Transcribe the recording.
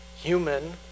human